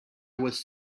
was